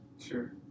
Sure